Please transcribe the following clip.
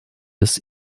des